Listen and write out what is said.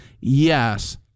Yes